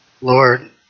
Lord